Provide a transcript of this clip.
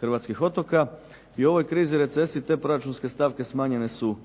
hrvatskih otoka. I u ovoj krizi, recesiji te proračunske stavke smanjene su